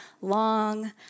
long